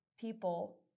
people